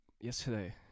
yesterday